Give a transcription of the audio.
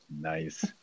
Nice